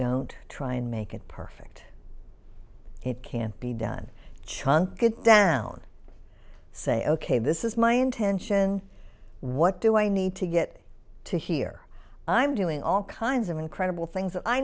don't try and make it perfect it can't be done chunk it down say ok this is my intention what do i need to get to here i'm doing all kinds of incredible things that i